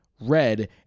red